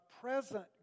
present